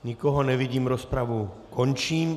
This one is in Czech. Nikoho nevidím, rozpravu končím.